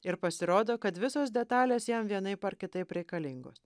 ir pasirodo kad visos detalės jam vienaip ar kitaip reikalingos